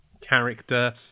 character